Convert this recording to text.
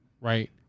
right